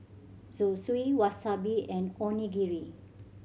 Zosui Wasabi and Onigiri